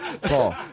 Paul